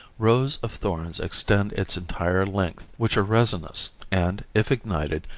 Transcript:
rows of thorns extend its entire length which are resinous and, if ignited,